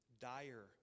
dire